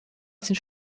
sind